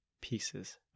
pieces